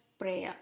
prayer